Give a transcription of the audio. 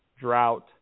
drought